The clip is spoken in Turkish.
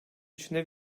içinde